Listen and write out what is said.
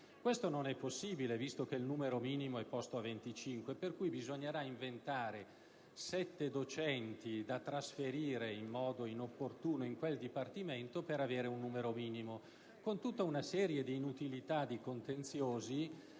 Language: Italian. Questo non è possibile: visto che il numero minimo è fissato a 35, bisognerà inventarsi sette docenti da trasferire in modo inopportuno in quel dipartimento per raggiungere il numero minimo, con tutta una serie di inutilità e di contenziosi